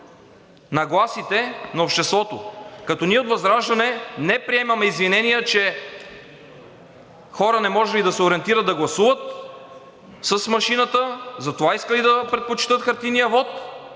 нагласите на обществото, като ние от ВЪЗРАЖДАНЕ не приемаме извинения, че хора не можели да се ориентират да гласуват с машината, затова искали да предпочетат хартиения вот.